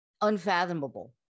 unfathomable